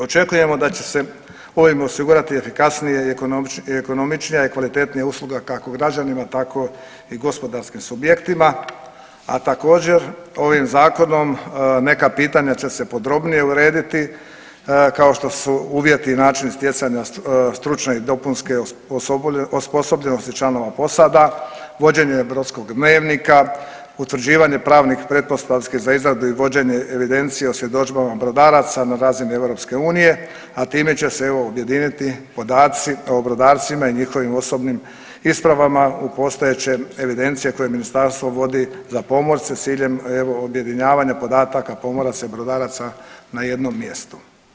Očekujemo da će se ovime osigurati efikasnije i ekonomičnija i kvalitetnija usluga kako građanima tako i gospodarskim subjektima a također ovim Zakonom neka pitanja će se podrobnije urediti kao što su uvjeti i način stjecanja stručne i dopunske osposobljenosti članova posada, vođenje brodskog dnevnika, utvrđivanje pravnih pretpostavki za izradu i vođenje evidencija o svjedodžbama brodaraca na razini Europske unije, a time će se objediniti podaci o brodarcima i njihovim osobnim ispravama u postojećim evidencijama koje Ministarstvo vodi za pomorce s ciljem evo objedinjavanja podataka pomoraca i brodaraca na jednom mjestu.